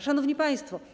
Szanowni Państwo!